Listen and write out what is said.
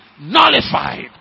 nullified